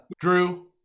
drew